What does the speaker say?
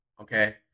Okay